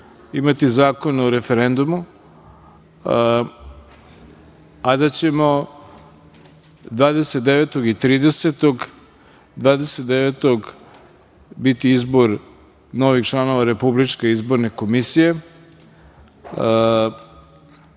imati zakon o referendumu, a da ćemo 29. novembra biti izbor novih članova Republičke izborne komisije.